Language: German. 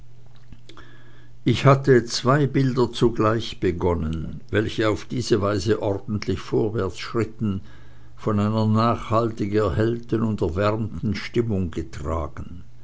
ich hatte zwei bilder zugleich begonnen welche auf diese weise ordentlich vorwärtsschritten von einer nachhaltig erhellten und erwärmten stimmung getragen